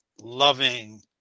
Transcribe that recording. loving